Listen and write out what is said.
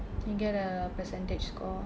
you get a percentage score